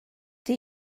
die